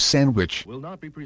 Sandwich